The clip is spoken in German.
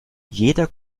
jeder